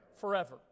Forever